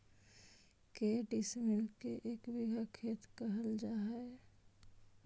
के डिसमिल के एक बिघा खेत कहल जा है?